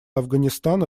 афганистана